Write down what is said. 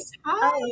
Hi